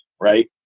right